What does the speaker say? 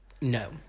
No